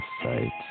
sight